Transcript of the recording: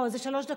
לא, זה שלוש דקות.